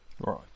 Right